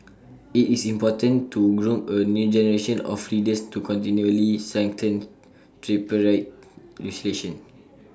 IT is important to groom A new generation of leaders to continually strengthen tripartite relationships